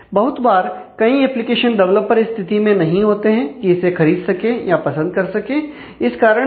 बहुत बार कई एप्लीकेशन डेवलपर इस स्थिति में नहीं होते हैं की इसे खरीद सके या पसंद कर सके इस कारण से